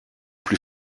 plus